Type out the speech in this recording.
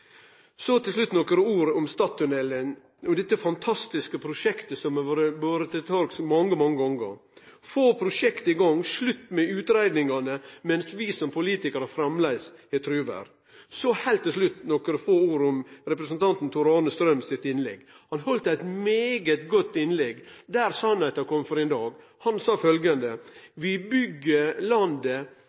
Til slutt nokre ord om Stadtunnelen – dette fantastiske prosjektet som har blitt bore til torgs mange gonger. Få prosjektet i gang og slutt med utgreiingane, mens vi som politikarar framleis har truverd! Så heilt til slutt nokre ord representanten Tor-Arne Strøms innlegg. Han heldt eit svært godt innlegg der sanninga kom for ein dag. Han sa at vi byggjer landet,